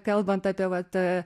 kalbant apie vat